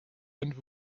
and